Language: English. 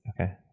Okay